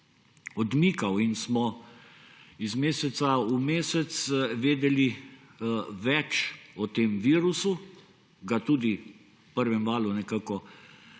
odmikal in smo iz meseca v mesec vedeli več o tem virusu, ga tudi v prvem valu kolikor